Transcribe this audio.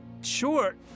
sure